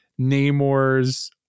Namor's